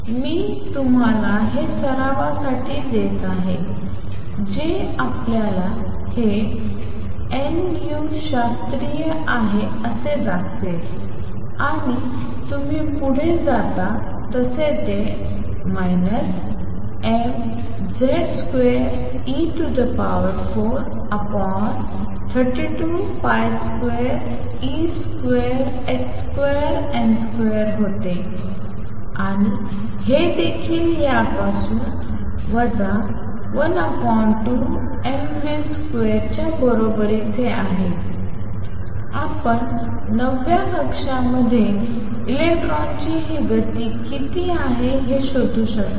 मी तुम्हाला हे सरावासाठी देत आहे जे आपल्याला हे nu शास्त्रीय आहे असे दाखवेल आणि तुम्ही पुढे जाता तसे ते mZ2e432202h2n2 होते आणि हे देखील यापासून 12mv2च्या बरोबरीचे आहे आपण नवव्या कक्षामध्ये इलेक्ट्रॉनची ही गती किती आहे ते शोधू शकता